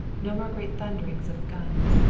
no more great thunderings of guns,